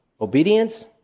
Obedience